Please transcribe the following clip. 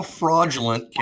fraudulent